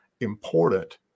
important